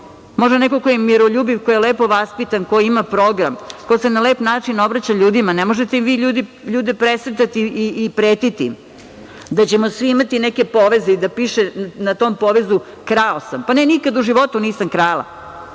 Može neko ko je miroljubiv, koji je lepo vaspitan, koji ima program, ko se na lep način obraća ljudima. Ne možete vi ljude presretati i pretiti im da ćemo svi imati neke poveze i da piše na tom povezu „krao sam“. Ne, nikad u životu nisam krala,